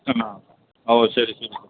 ആ ഓ ശരി ശരി ശരി